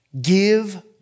give